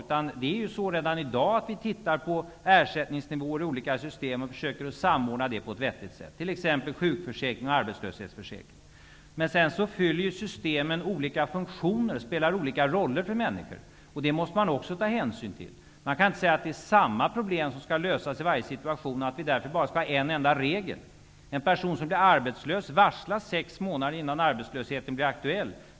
Vi ser redan i dag på ersättningsnivåer i olika system och försöker att på ett vettigt sätt få till stånd en samordning, t.ex. Men systemen fyller ju olika funktioner. Det måste man också ta hänsyn till. Det är inte samma problem som skall lösas i varje situation, så det går inte ju att ha en enda regel. En person som skall bli arbetslös varslas sex månader innan arbetslösheten blir aktuell.